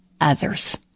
others